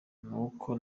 nuko